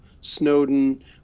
Snowden